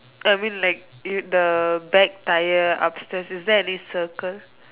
I mean like eh the back tyre upstairs is there any circle